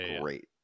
great